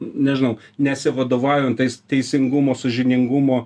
nežinau nesivadovaujant tais teisingumo sąžiningumo